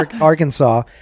arkansas